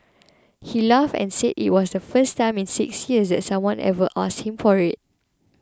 he laughed and said it was the first time in six years that someone ever asked him for it